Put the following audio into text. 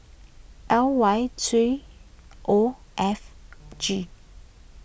L Y three O F G